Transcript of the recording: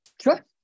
Sure